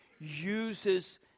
uses